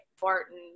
Barton